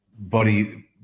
Buddy